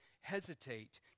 hesitate